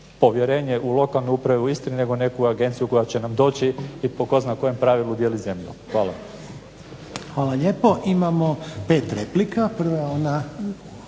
povjerenje u lokalne uprave u Istri nego u neku agenciju koja će nam doći i po tko zna kojem pravilu dijelit zemlju. Hvala. **Reiner, Željko (HDZ)** Hvala lijepo. Imamo 5 replika. Prva je